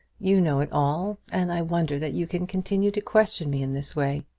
you know it all, and i wonder that you can continue to question me in this way.